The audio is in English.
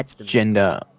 gender